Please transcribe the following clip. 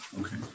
Okay